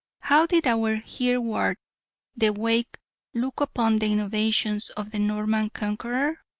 how did our hereward the wake look upon the innovations of the norman conqueror?